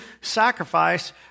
sacrifice